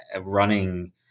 running